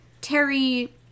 Terry